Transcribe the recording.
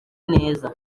neza